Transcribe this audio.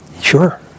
Sure